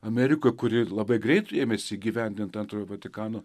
amerika kuri labai greit ėmėsi įgyvendint antrąjį vatikano